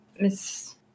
Miss